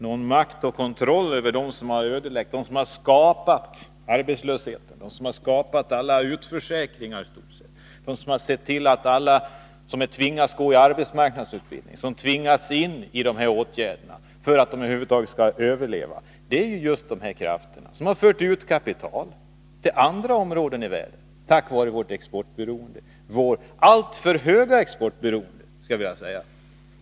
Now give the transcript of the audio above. Någon kontroll över dem som har skapat arbetslösheten och alla utförsäkringar, över dem som har sett till att alla dessa människor tvingas gå i arbetsmarknadsutbildning och tvingas in i dessa åtgärder för att över huvud taget överleva, blir det inte. Det är ju just de här krafterna som har fört ut kapital till andra områden i världen — tack vare vårt exportberoende, vårt alltför höga exportberoende, skulle jag vilja säga.